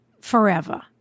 forever